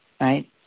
right